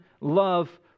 love